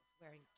wearing